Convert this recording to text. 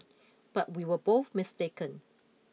but we were both mistaken